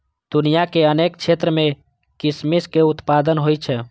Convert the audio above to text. दुनिया के अनेक क्षेत्र मे किशमिश के उत्पादन होइ छै